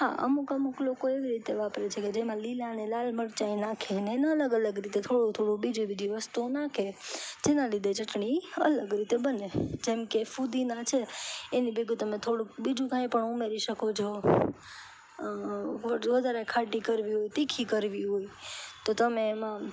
હા અમુક અમુક લોકો એવી રીતે વાપરે છે કે જેમાં લીલાં અને લાલ મરચાં એ નાખે અને અલગ અલગ રીતે થોડો થોડો બીજી બીજી વસ્તુઓ નાખે જેનાં લીધે ચટણી અલગ રીતે બને જેમકે ફૂદીના છે એની ભેગું તમે થોડુંક બીજું કંઈ પણ ઉમેરી શકો છો વ વધારે ખાટી કરવી હોય તીખી કરવી હોય તો તમે એમાં